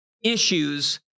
issues